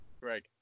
Greg